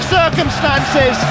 circumstances